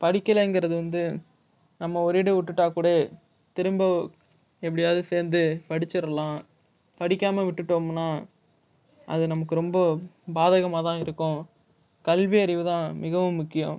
படிக்கலங்கிறது வந்து நம்ம ஒரேடியாக விட்டுவிட்டா கூட திரும்ப எப்படியாவது சேர்ந்து படிச்சிரலாம் படிக்காமல் விட்டுட்டோம்னா அது நமக்கு ரொம்ப பாதகமாகதான் இருக்கும் கல்வியறிவு தான் மிகவும் முக்கியம்